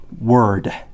word